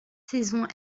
saison